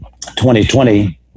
2020